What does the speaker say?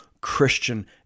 Christian